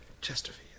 Chesterfield